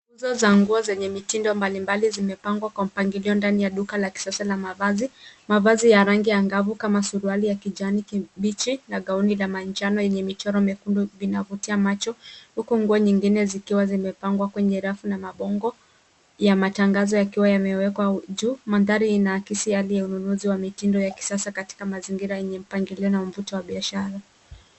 Nguzo za nguo zenye mitindo mbalimbali zimepangwa kwa mpangilio ndani ya duka la kisasa la mavazi. Mavazi ya rangi angavu kama suruali ya kijani kibichi na gauni la manjano yenye michoro mekundu vinavutia macho huko nguo nyingine zikiwa zimepangwa kwenye rafu na mabango ya matangazo yakiwa yamewekwa juu. Mandhari inaakisi hali ya ununuzi wa mitindo ya kisasa katika mazingira yenye mpangilio na mvuto wa biashara.